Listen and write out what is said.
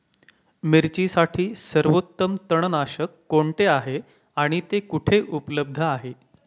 मिरचीसाठी सर्वोत्तम तणनाशक कोणते आहे आणि ते कुठे उपलब्ध आहे?